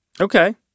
Okay